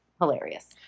hilarious